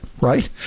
right